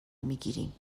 میگیریم